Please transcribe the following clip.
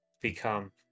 become